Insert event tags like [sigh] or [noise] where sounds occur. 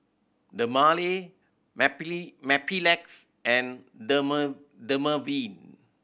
Dermale [unintelligible] Mepilex and [unintelligible] Dermaveen